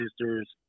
sisters